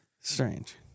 Strange